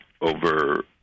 over